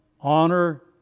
honor